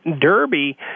Derby